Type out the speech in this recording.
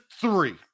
three